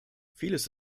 vieles